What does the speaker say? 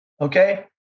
Okay